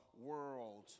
world